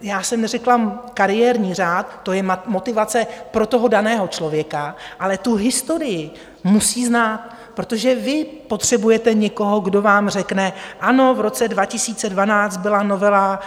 Já jsem neřekla kariérní řád, to je motivace pro toho daného člověka, ale tu historii musí znát, protože vy potřebujete někoho, kdo vám řekne: Ano, v roce 2012 byla novela